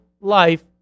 life